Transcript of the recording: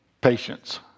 patience